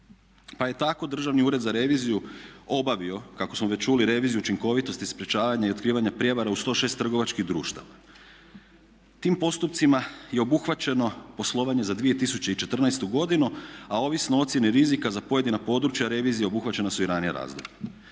pa je tako Državni ured za reviziju obavio kako smo već čuli reviziju učinkovitosti sprječavanja i otkrivanja prijevara u 106 trgovačkih društava. Tim postupcima je obuhvaćeno poslovanje za 2014. godinu, a ovisno o ocjeni rizika za pojedina područja revizije obuhvaćena su i ranija razdoblja.